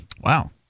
Wow